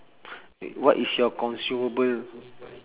wait what is your consumable